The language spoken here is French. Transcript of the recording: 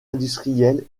industriel